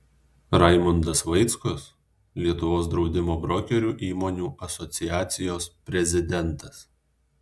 raimundas vaickus lietuvos draudimo brokerių įmonių asociacijos prezidentas